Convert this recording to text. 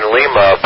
Lima